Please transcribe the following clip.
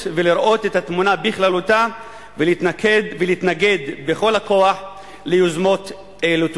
ולראות את התמונה בכללותה ולהתנגד בכל הכוח ליוזמות אלו.